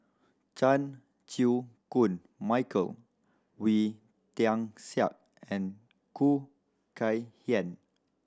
Chan Chew Koon Michael Wee Tian Siak and Khoo Kay Hian